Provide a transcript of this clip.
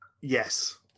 yes